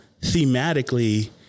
thematically